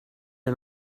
are